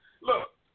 Look